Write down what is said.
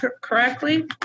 correctly